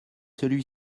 celui